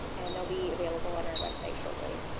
and they will be available on our website shortly.